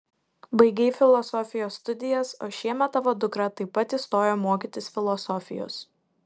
baigei filosofijos studijas o šiemet tavo dukra taip pat įstojo mokytis filosofijos